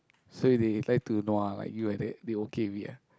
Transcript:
so if they like to nua like you like that they okay with it ah